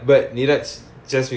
ya